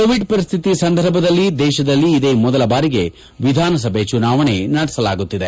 Covid ಪರಿಸ್ಥಿತಿ ಸಂದರ್ಭದಲ್ಲಿ ದೇಶದಲ್ಲಿ ಇದೇ ಮೊದಲ ಬಾರಿಗೆ ವಿಧಾನಸಭಾ ಚುನಾವಣೆ ನಡೆಸಲಾಗುತ್ತಿದೆ